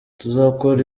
tuzakora